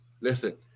Listen